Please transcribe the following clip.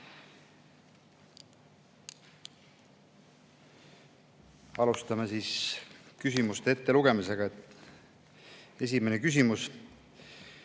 Alustame küsimuste ettelugemisest. Esimene küsimus: